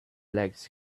legs